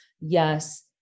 yes